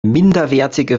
minderwertige